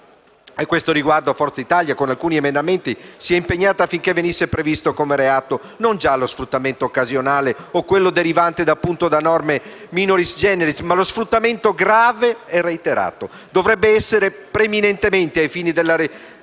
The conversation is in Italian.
E questo riguarda Forza Italia che, con alcuni emendamenti, si è impegnata affinché venisse previsto come reato non già lo sfruttamento occasionale o quello derivante, appunto, da norme *minoris generis* ma lo sfruttamento grave e reiterato. Dovrebbe essere preminente, ai fini della rilevazione